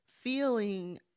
feeling